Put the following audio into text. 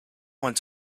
went